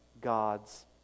God's